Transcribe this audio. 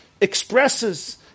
expresses